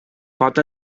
pot